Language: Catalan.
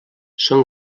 són